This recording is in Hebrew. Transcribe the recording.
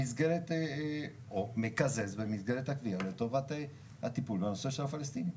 במסגרת התביעה לטובת הטיפול בנושא של הפלסטינים.